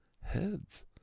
heads